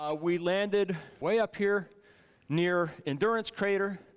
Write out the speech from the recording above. um we landed way up here near endurance crater,